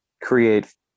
create